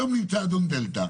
היום נמצא אדון דלתא,